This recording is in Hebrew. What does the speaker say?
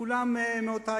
כולם מאותה